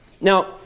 Now